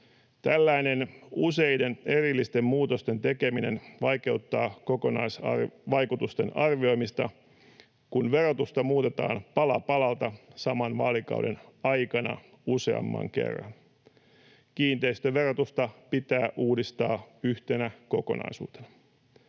Tällainen useiden erillisten muutosten tekeminen vaikeuttaa kokonaisvaikutusten arvioimista, kun verotusta muutetaan pala palalta saman vaalikauden aikana useamman kerran. Kiinteistöverotusta pitää uudistaa yhtenä kokonaisuutena.